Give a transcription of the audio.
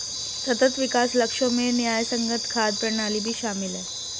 सतत विकास लक्ष्यों में न्यायसंगत खाद्य प्रणाली भी शामिल है